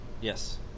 Yes